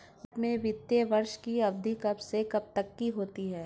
भारत में वित्तीय वर्ष की अवधि कब से कब तक होती है?